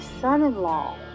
son-in-law